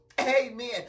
Amen